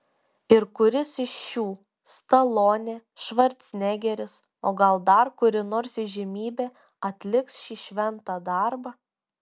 ir kuris iš šių stalonė švarcnegeris o gal dar kuri nors įžymybė atliks šį šventą darbą